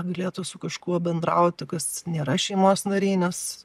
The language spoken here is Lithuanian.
galėtų su kažkuo bendrauti kas nėra šeimos nariai nes